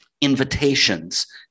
invitations